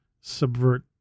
subvert